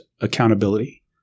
accountability